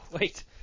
wait